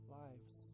lives